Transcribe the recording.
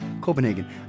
Copenhagen